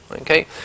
Okay